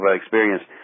experience